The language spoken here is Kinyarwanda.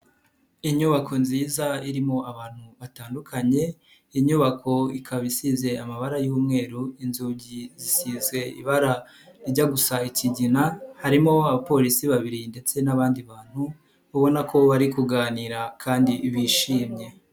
Inyubako nziza irimo abantu batandukanye, inyubako ikaba isize amabara y'umweru, inzugi zigize ibara rijya gusa ikigina, harimo abapolisi babiri ndetse n'abandi bantu ubona ko bari kuganira kandi bishimye.